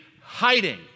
hiding